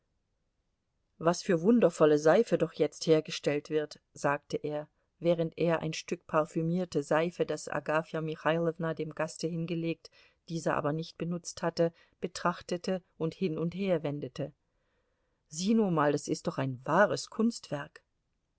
was für wundervolle seife doch jetzt hergestellt wird sagte er während er ein stück parfümierte seife das agafja michailowna dem gaste hingelegt dieser aber nicht benutzt hatte betrachtete und hin und her wendete sieh nur mal das ist doch ein wahres kunstwerk